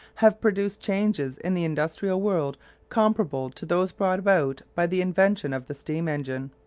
have produced changes in the industrial world comparable to those brought about by the invention of the steam-engine.